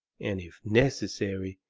and, if necessary,